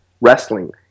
wrestling